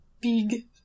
Big